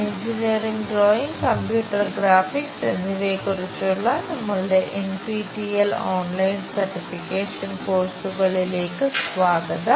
engineering drawing computer graphics എന്നിവയെക്കുറിച്ചുള്ള നമ്മളുടെ NPTEL online certification കോഴ്സുകളിലേക്ക് സ്വാഗതം